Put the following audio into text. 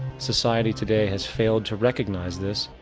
society today has failed to recognize this,